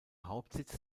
hauptsitz